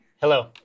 Hello